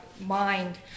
mind